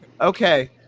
Okay